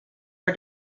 are